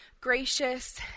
gracious